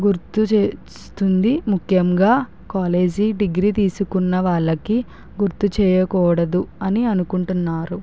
గుర్తు చేస్తుంది ముఖ్యంగా కాలేజీ డిగ్రీ తీసుకున్న వాళ్ళకి గుర్తు చేయకూడదు అని అనుకుంటున్నారు